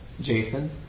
Jason